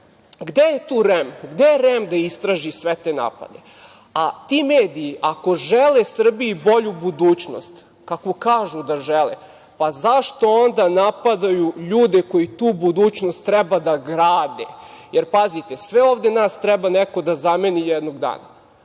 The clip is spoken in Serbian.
je tu REM? Gde je REM da istraži sve te napade? Ti mediji ako žele Srbiji bolju budućnost, kakvu kažu da žele, zašto onda napadaju ljude koji tu budućnost treba da grade. Pazite, sve ovde nas treba neko da zameni jednog dana.